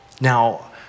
Now